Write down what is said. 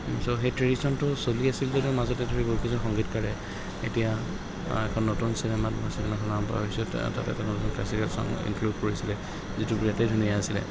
চ' সেই ট্ৰেডিশ্যনটো চলি আছিল যদি মাজতে ধৰি কিছু সংগীতকাৰে এতিয়া এখন নতুন চিনেমাত বা তাতে নতুন ক্লাছিকেল চং ইনক্লুড কৰিছিলে যিটো বিৰাটেই ধুনীয়া আছিলে